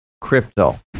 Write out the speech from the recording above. crypto